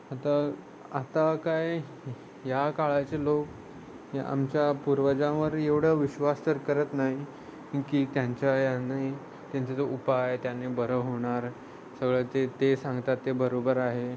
आता आता काय या काळाचे लोक आमच्या पूर्वजांवर एवढं विश्वास तर करत नाही की त्यांच्या यांनी त्यांचा जो उपाय त्यांनी बरं होणार सगळं ते ते सांगतात ते बरोबर आहे